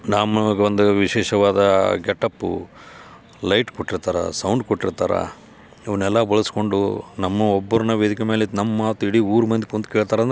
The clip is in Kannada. ನಮ್ಮೊಳಗೆ ಒಂದು ವಿಶೇಷವಾದ ಗೆಟಪ್ಪು ಲೈಟ್ ಕೊಟ್ಟಿರ್ತಾರೆ ಸೌಂಡ್ ಕೊಟ್ಟಿರ್ತಾರೆ ಇವನ್ನೆಲ್ಲ ಬಳಸ್ಕೊಂಡು ನಮ್ಮ ಒಬ್ರನ್ನ ವೇದಿಕೆ ಮೇಲೆ ನಮ್ಮ ಮಾತು ಇಡೀ ಊರ ಮಂದಿ ಕುಂತು ಕೇಳ್ತಾರಂದ್ರೆ